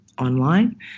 online